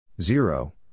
Zero